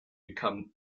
become